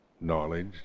knowledge